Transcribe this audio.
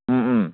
ꯎꯝ ꯎꯝ